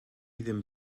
ddim